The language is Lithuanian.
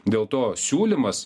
dėl to siūlymas